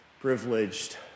privileged